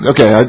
Okay